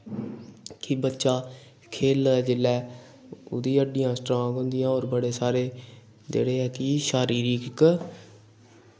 कि बच्चा खेल्लै जेल्लै ओह्दी हड्डियां स्ट्रांग होंदियां होर बड़े सारे जेह्ड़े कि शारीरिक